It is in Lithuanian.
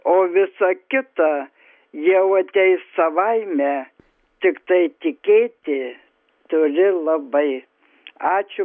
o visa kita jau ateis savaime tiktai tikėti turi labai ačiū bra